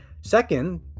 second